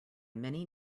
many